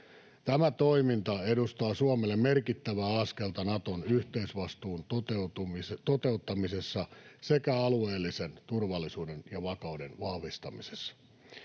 Tämä toiminta edustaa Suomelle merkittävää askelta Naton yhteisvastuun toteuttamisessa sekä alueellisen turvallisuuden ja vakauden vahvistamisessa.